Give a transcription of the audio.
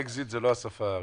אקזיט זה לא השפה הרשמית.